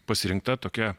pasirinkta tokia